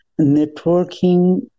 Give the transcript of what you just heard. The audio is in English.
networking